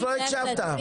לא הקשבת.